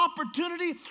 opportunity